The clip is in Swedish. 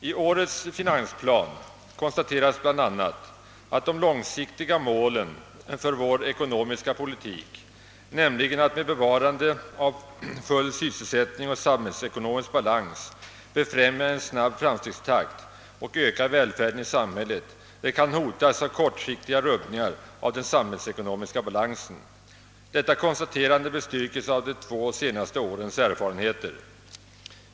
I årets finansplan konstateras bl.a. att de långsiktiga målen för vår ekonomiska politik, nämligen att med bevarande av full sysselsättning och samhällsekonomisk balans främja en snabb framstegstakt och öka välfärden i samhället, kan hotas av kortsiktiga rubbningar av den samhällsekonomiska balansen. Detta konstaterande bestyrkes av de två senaste årens erfarenheter.